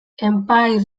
empire